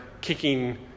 kicking